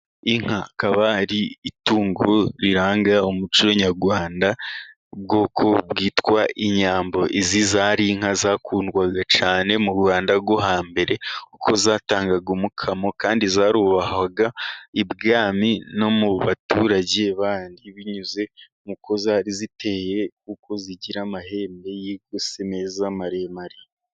Inka ikaba ari itungo riranga umuco Nyarwanda, ubwoko bwitwa inyambo, izi zari inka zakundwaga cyane mu Rwanda rwo hambere kuko zatangaga umukamo, kandi zarubahwaga ibwami no mu baturage bandi, binyuze uko zari ziteye kuko zigira amahembe yihese meza maremare.